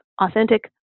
authentic